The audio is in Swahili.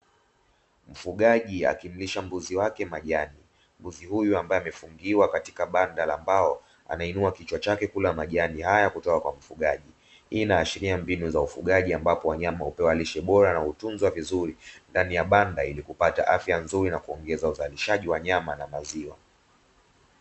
Mfugaji akimlisha mbuzi wake majani, mbuzi huyu ambaye amefungiwa katika banda la mbao anainua kichwa chake kula majani haya kutoka kwa mfugaji. Hii inaashiria mbinu za ufugaji ambapo wanyama hupewa lishe bora na utunzwa vizuri ndani ya banda ili kupata afya nzuri na kuongeza uzalishaji wa nyama na maziwa.